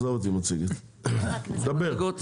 דבר.